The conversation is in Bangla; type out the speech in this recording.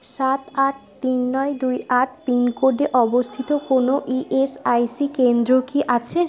সাত আট তিন নয় দুই আট পিনকোডে অবস্থিত কোনো ইএসআইসি কেন্দ্র কি আছে